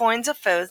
בפוריינס אפיירס